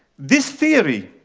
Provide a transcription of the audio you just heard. this theory,